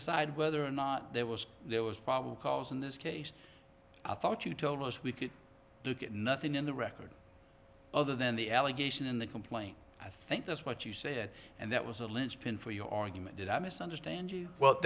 decide whether or not there was there was probable cause in this case i thought you told us we could look at nothing in the record other than the allegation in the complaint i think that's what you said and that was the lynchpin for your argument did i misunderstand you well